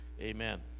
Amen